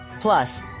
Plus